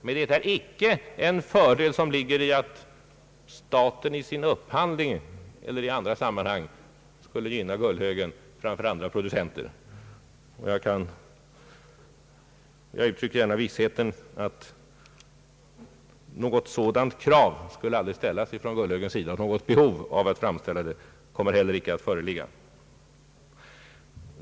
Men det är inte en fördel som ligger i att staten i sin upphandling eller i andra sammanhang skall gynna Gullhögen framför andra producenter. Jag uttrycker gärna vissheten att något sådant krav aldrig skulle ställas från Gullhögen. Något behov av att framställa det kommer inte heller att föreligga.